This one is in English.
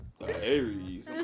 Aries